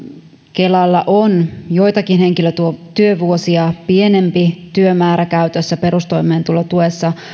kelalla on joitakin henkilötyövuosia pienempi työmäärä käytössä perustoimeentulotuessa